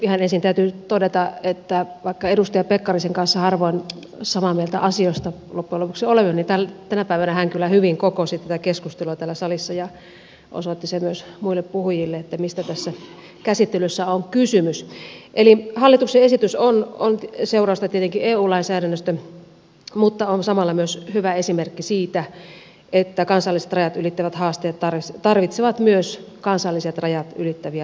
ihan ensin täytyy todeta että vaikka edustaja pekkarisen kanssa harvoin samaa mieltä asioista loppujen lopuksi olemme niin tänä päivänä hän kyllä hyvin kokosi tätä keskustelua täällä salissa ja osoitti sen myös muille puhujille mistä tässä käsittelyssä on kysymys eli hallituksen esitys on seurausta tietenkin eu lainsäädännöstä mutta on samalla myös hyvä esimerkki siitä että kansalliset rajat ylittävät haasteet tarvitsevat myös kansalliset rajat ylittäviä ratkaisuja